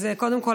אז קודם כול,